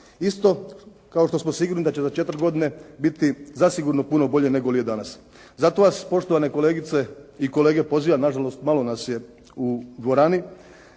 isto kao što smo sigurni da će za četiri godine biti zasigurno puno bolje negoli je danas. Zato vas poštovane kolegice i kolege pozivam, na žalost malo nas je u dvorani,